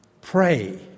pray